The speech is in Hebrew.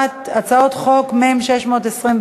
מ/621.